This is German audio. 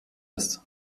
ist